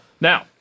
Now